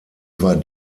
war